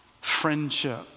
friendship